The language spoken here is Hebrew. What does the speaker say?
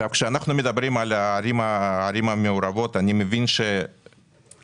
מדברים על הערים המעורבות אני מבין שאין